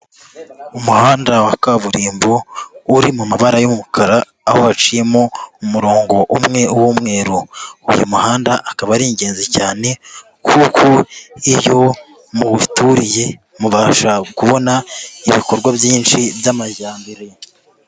Umuhanda wa kaburimbo uri mu mabara y'umukara, aho waciyemo umurongo umwe w'umweru, uyu muhanda akaba ari ingenzi cyane kuko iyo muwuturiye, mubasha kubona ibikorwa byinshi by'amajyambere.